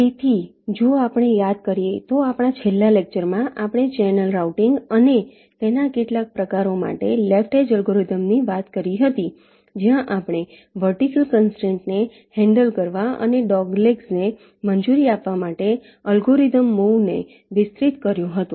તેથી જો આપણે યાદ કરીએ તો આપણા છેલ્લા લેક્ચરમાં આપણે ચેનલ રાઉટીંગ અને તેના કેટલાક પ્રકારો માટે લેફ્ટ એજ અલ્ગોરિધમ વિશે વાત કરી હતી જ્યાં આપણે વર્ટિકલ કન્સ્ટ્રેંટ ને હેન્ડલ કરવા અને ડોગલેગ્સ ને મંજૂરી આપવા માટે અલ્ગોરિધમ મુવ ને વિસ્તૃત કર્યું હતું